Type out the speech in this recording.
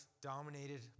dominated